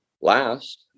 last